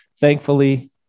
Thankfully